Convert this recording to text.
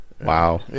Wow